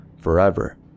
forever